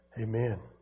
Amen